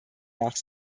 nach